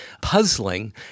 puzzling